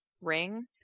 ring